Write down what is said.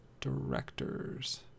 Directors